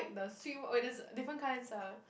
the sweet wait there's different kinds ah